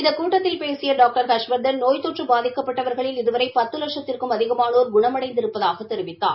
இந்த கூட்டத்தில் பேசிய டாக்டர் ஹா்ஷவா்தன் நோய் தொற்று பாதிக்கப்பட்டவா்களில் இதுவரை பத்து லட்சத்திற்கும் அதிகமானோர் குணமடைந்திருப்பதாகத் தெரிவித்தார்